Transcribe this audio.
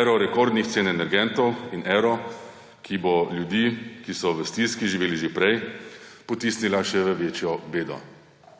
ero rekordnih cen energentov in ero, ki bo ljudi, ki so v stiski živeli že prej, potisnila v še večjo bedo.